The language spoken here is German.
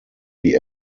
die